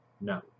No